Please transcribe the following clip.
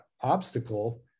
obstacle